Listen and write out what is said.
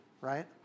right